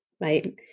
right